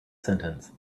sentence